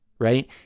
Right